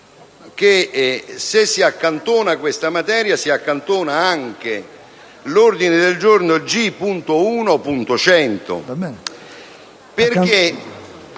se si accantona questa materia va accantonato anche l'ordine del giorno G1.100.